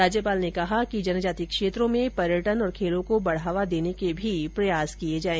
राज्यपाल ने कहा कि जनजाति क्षेत्रों में पर्यटन और खेलों को बढ़ावा देने के प्रयास किये जाये